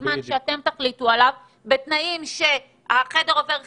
זמן מסוים, שעליו תחליטו, בתנאי שהחדר עובר חיטוי,